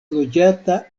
loĝata